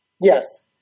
Yes